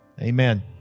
Amen